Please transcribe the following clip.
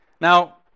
now